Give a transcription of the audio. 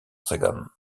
sagan